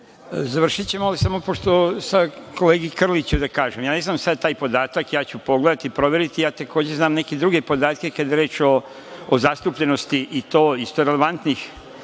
Završićemo, ali samo kolegi Krliću da kažem, ja ne znam sada taj podatak, ja ću pogledati, proveriti, takođe znam neke druge podatke kada je reč o zastupljenosti i to isto relevantnih